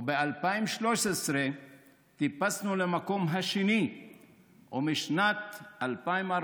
ב-2013 טיפסנו למקום השני ומשנת 2014